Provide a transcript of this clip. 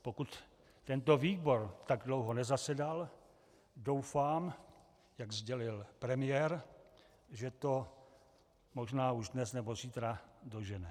Pokud tento výbor tak dlouho nezasedal, doufám jak sdělil premiér že to možná už dnes nebo zítra dožene.